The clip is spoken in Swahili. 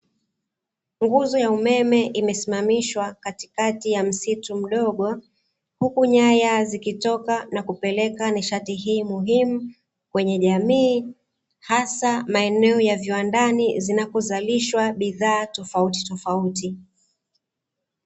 Nguzo ya umeme imesimamishwa katikati ya msitu mdogo, huku nyaya zikitoka na kupeleka nishati hii muhimu kwenye jamii hasa maeneo ya viwandani zinakozalishwa bidhaa tofautitofauti.